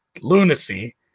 lunacy